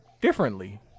differently